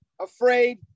afraid